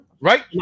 Right